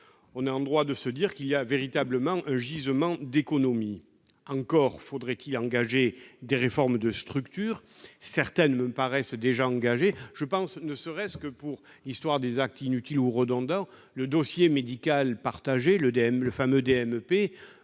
on est en droit de se dire qu'il existe un véritable gisement d'économies. Encore faudrait-il amorcer des réformes de structure. Certaines me paraissent déjà engagées ; je pense en particulier, puisque j'évoque les actes inutiles ou redondants, au dossier médical partagé, le fameux DMP,